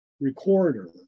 recorder